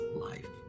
life